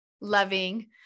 loving